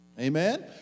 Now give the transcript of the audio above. Amen